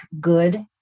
good